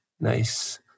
Nice